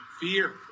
Fear